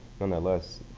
nonetheless